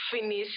finish